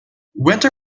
winter